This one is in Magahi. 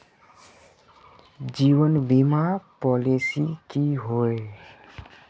जीवन बीमा पॉलिसी की होय?